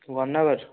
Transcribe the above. one hour